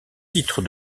titre